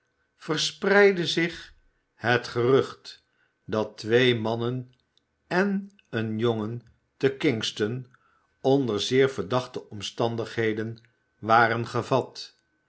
verspreidde zich het gerucht dat twee mannen en een jongen te kingston onder zeer verdachte omstandigheden waren gevat